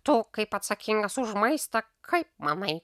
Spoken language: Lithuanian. tu kaip atsakingas už maistą kaip manai